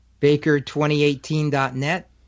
baker2018.net